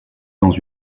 dans